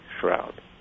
shroud